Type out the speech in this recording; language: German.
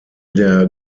der